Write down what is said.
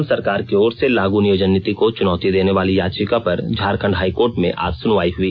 झारखंड सरकार की ओर से लागू नियोजन नीति को चुनौती देने वाली याचिका पर झारखंड हाई कोर्ट में आज सुनवाई हुई